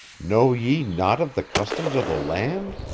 know ye naught of the customs of the land?